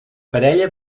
parella